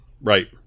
Right